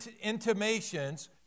intimations